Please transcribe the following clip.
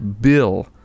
Bill